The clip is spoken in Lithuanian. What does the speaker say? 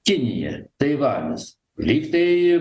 kinija taivanis lygtai